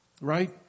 right